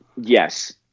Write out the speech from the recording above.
Yes